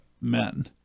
men